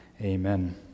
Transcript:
amen